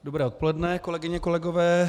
Dobré odpoledne, kolegyně, kolegové.